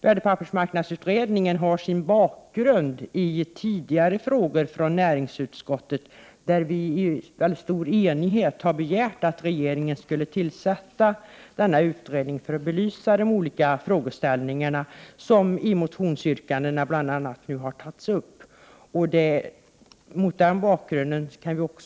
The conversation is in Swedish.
Värdepappersmarknadsutredningen har sin bakgrund i tidigare frågor från näringsutskottet, där vi i mycket stor enighet har begärt att regeringen skulle tillsätta utredningen för att olika frågeställningar som har tagits upp i bl.a. motionsyrkanden skall belysas.